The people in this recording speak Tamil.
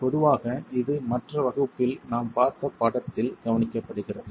எனவே பொதுவாக இது மற்ற வகுப்பில் நாம் பார்த்த படத்தில் கவனிக்கப்படுகிறது